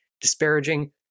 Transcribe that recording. disparaging